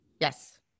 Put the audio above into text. Yes